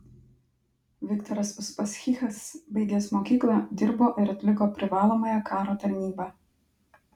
viktoras uspaskichas baigęs mokyklą dirbo ir atliko privalomąją karo tarnybą